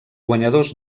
guanyadors